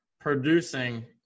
producing